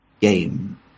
Game